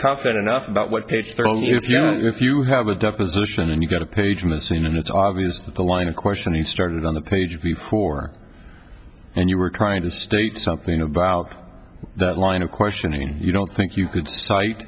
confident enough about what page thirty if you know if you have a deposition and you got a page missing and it's obvious that the line of questioning started on the page before and you were trying to state something about that line of questioning you don't think you could cite